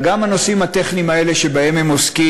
גם הנושאים הטכניים האלה שבהם הם עוסקים